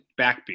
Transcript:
backbeat